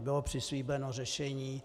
Bylo přislíbeno řešení.